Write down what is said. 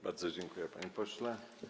Bardzo dziękuję, panie pośle.